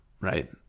right